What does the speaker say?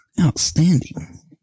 outstanding